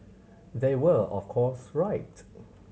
they were of course right